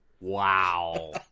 Wow